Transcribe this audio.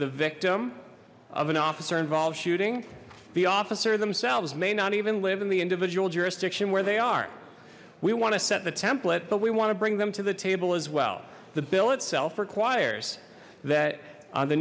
the victim of an officer involved shooting the officer themselves may not even live in the individual jurisdiction where they are we want to set the template but we want to bring them to the table as well the bill itself requires that on the